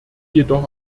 jedoch